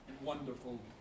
wonderful